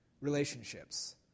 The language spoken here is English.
relationships